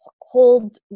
hold